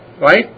Right